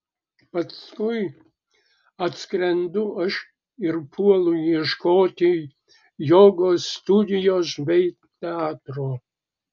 paskui atskrendu aš ir puolu ieškoti jogos studijos bei teatro